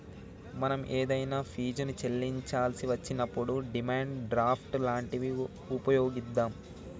మనం ఏదైనా ఫీజుని చెల్లించాల్సి వచ్చినప్పుడు డిమాండ్ డ్రాఫ్ట్ లాంటివి వుపయోగిత్తాం